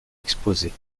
exposées